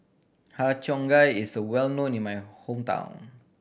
Har Cheong Gai is well known in my hometown